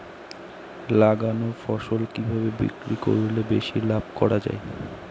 লাগানো ফসল কিভাবে বিক্রি করলে বেশি লাভ করা যায়?